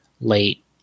late